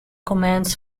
commands